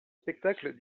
spectacles